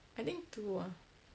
I think two ah